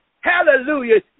hallelujah